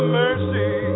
mercy